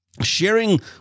Sharing